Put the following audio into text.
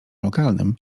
lokalnym